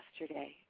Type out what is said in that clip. yesterday